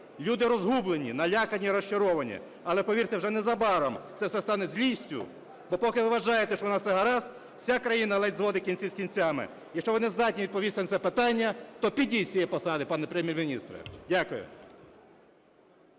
Люди розгублені, налякані і розчаровані. Але, повірте, вже незабаром це все стане злістю. Допоки ви вважаєте, що у нас все гаразд, вся країна ледь зводить кінці з кінцями. Якщо ви нездатні відповісти на це питання, то підіть з цієї посади, пане Прем'єр-міністре. Дякую.